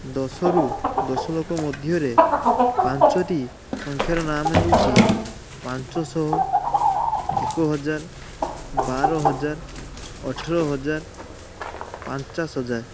ଦଶରୁ ଦଶ ଲକ୍ଷ ମଧ୍ୟରେ ପାଞ୍ଚଟି ସଂଖ୍ୟାର ନାମ ହେଉଛି ପାଞ୍ଚଶହ ଏକ ହଜାର ବାର ହଜାର ଅଠର ହଜାର ପଚାଶ ହଜାର